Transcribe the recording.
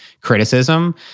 criticism